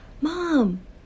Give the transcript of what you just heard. Mom